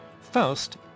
Faust